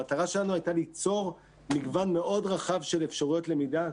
המטרה שלנו הייתה ליצור מגוון מאוד רחב של אפשרויות למידה,